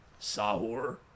Sahur